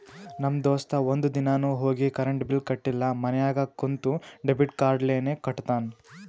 ನಮ್ ದೋಸ್ತ ಒಂದ್ ದಿನಾನು ಹೋಗಿ ಕರೆಂಟ್ ಬಿಲ್ ಕಟ್ಟಿಲ ಮನ್ಯಾಗ ಕುಂತ ಡೆಬಿಟ್ ಕಾರ್ಡ್ಲೇನೆ ಕಟ್ಟತ್ತಾನ್